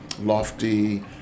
Lofty